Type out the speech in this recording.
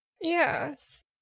yes